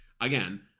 again